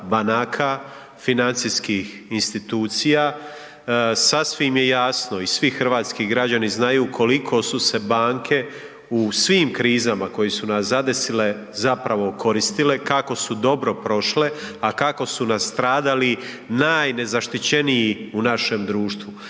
banaka, financijskih institucija, sasvim je jasno i svih hrvatski građani znaju koliko su se banke u svim krizama koje su nas zadesile zapravo okoristile, kako su dobro prošle, a kako su nastradali najnezaštićeniji u našem društvu.